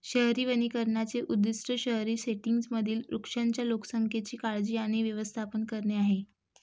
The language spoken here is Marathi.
शहरी वनीकरणाचे उद्दीष्ट शहरी सेटिंग्जमधील वृक्षांच्या लोकसंख्येची काळजी आणि व्यवस्थापन करणे आहे